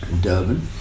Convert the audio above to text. Durban